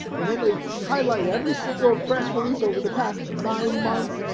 and then they highlight every single press release over the past nine months.